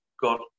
got